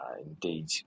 indeed